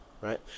right